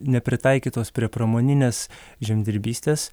nepritaikytos prie pramoninės žemdirbystės